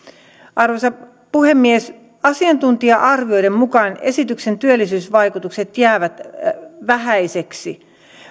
arvoisa puhemies asiantuntija arvioiden mukaan esityksen työllisyysvaikutukset jäävät vähäisiksi